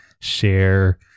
share